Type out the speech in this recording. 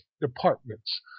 Departments